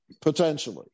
potentially